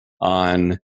on